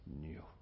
new